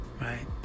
Right